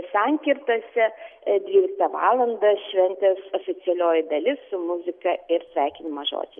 sankirtose dvyliktą valandą šventės oficialioji dalis muzika ir sveikinimo žodžiai